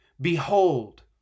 Behold